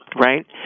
right